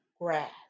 grass